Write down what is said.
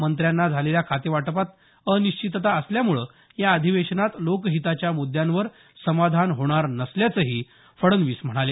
मंत्र्यांना झालेल्या खातेवाटपात अनिश्चितता असल्यामुळे या अधिवेशनात लोकहिताच्या मुद्यांवर समाधान होणार नसल्याचंही फडणवीस म्हणाले